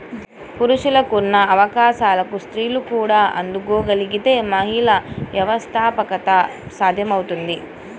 పురుషులకున్న అవకాశాలకు స్త్రీలు కూడా అందుకోగలగితే మహిళా వ్యవస్థాపకత సాధ్యమవుతుంది